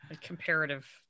comparative